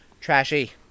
Trashy